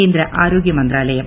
കേന്ദ്ര ആരോഗ്യമന്ത്രാലയം